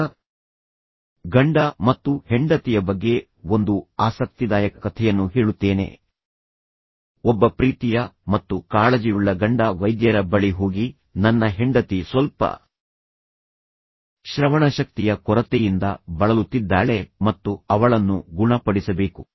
ಈಗ ಗಂಡ ಮತ್ತು ಹೆಂಡತಿಯ ಬಗ್ಗೆ ಒಂದು ಆಸಕ್ತಿದಾಯಕ ಕಥೆಯನ್ನು ಹೇಳುತ್ತೇನೆ ಒಬ್ಬ ಪ್ರೀತಿಯ ಮತ್ತು ಕಾಳಜಿಯುಳ್ಳ ಗಂಡ ವೈದ್ಯರ ಬಳಿ ಹೋಗಿ ನನ್ನ ಹೆಂಡತಿ ಸ್ವಲ್ಪ ಶ್ರವಣಶಕ್ತಿಯ ಕೊರತೆಯಿಂದ ಬಳಲುತ್ತಿದ್ದಾಳೆ ಮತ್ತು ಅವಳನ್ನು ಗುಣಪಡಿಸಬೇಕು